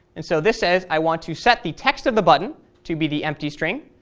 and so this says i want to set the text of the button to be the empty string,